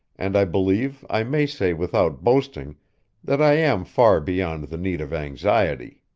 and i believe i may say without boasting that i am far beyond the need of anxiety.